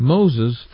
Moses